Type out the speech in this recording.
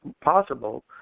possible